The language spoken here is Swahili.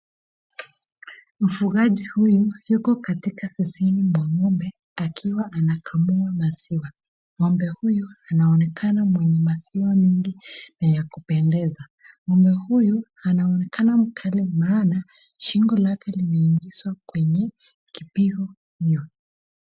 Mfugaji huyu yuko katika zizini mwa ng'ombe akiwa anakamua maziwa. Ng'ombe huyu anaonekana mwenye maziwa mengi na ya kupendeza. Ng'ombe huyu anaonekana mkali maana shingo lake limeingizwa kwenye kipigo hiyo.